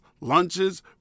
lunches